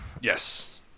Yes